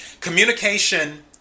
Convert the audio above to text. Communication